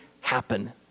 happen